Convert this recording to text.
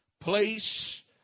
Place